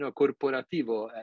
corporativo